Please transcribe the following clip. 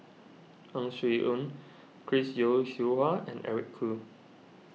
Ang Swee Aun Chris Yeo Siew Hua and Eric Khoo